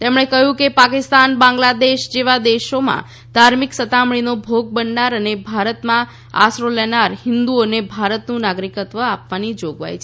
તેમણે કહ્યું કે પાકિસ્તાન બાંગ્લાદેશ જેવા દેશોમાં ધાર્મિક સતામણીનો ભોગ બનનાર અને ભારતમાં આસરો લેનાર હિંદુઓને ભારતનું નાગરિકત્વ આપવાની જોગવાઈ છે